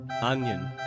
Onion